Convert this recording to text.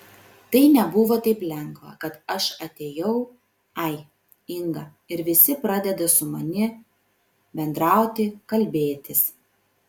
tai nebuvo taip lengva kad aš atėjau ai inga ir visi pradeda su mani bendrauti kalbėtis